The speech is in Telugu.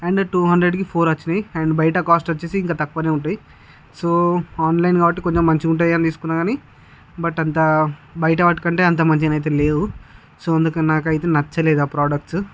అండ్ టు హండ్రెడ్కి ఫోర్ వచ్చినాయి అండ్ బయట కాస్ట్ వచ్చేసి ఇంకా తక్కువగానే ఉంటయి సో ఆన్లైన్ కాబట్టి కొంచెం మంచిగా ఉంటాయి అని తీసుకున్న కాని బట్ అంత బయట వాటికంటే అంత మంచిగా అయితే లేవు సో అందుకని నాకు అయితే నచ్చలేదు ఆ ప్రోడక్ట్స్